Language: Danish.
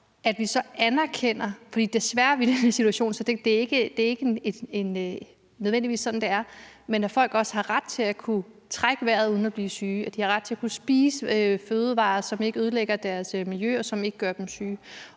ytre sig, anerkender vi – for desværre er vi i den situation, at det ikke nødvendigvis er sådan – at folk også har ret til at kunne trække vejret uden at blive syge, og at de har ret til at kunne spise fødevarer, som ikke ødelægger miljøet, og som ikke gør dem syge.